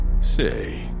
Say